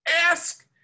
Ask